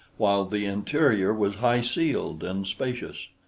while the interior was high-ceiled and spacious.